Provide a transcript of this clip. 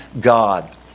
God